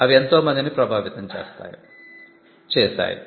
అవి ఎంతో మందిని ప్రభావితం చేస్తాయి చేసాయి